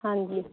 ਹਾਂਜੀ